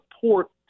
support